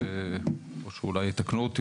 או שאולי יתקנו אותי,